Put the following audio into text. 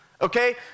Okay